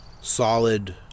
solid